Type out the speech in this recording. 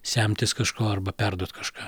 semtis kažko arba perduot kažką